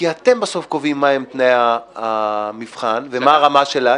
כי אתם בסוף קובעים מהם תנאי המבחן ומה הרמה של המבחן.